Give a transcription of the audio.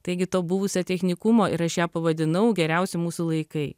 taigi to buvusio technikumo ir aš ją pavadinau geriausi mūsų laikai